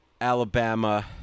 Alabama